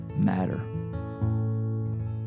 matter